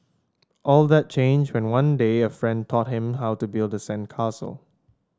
all that changed when one day a friend taught him how to build the sandcastle